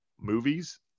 movies